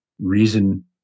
reason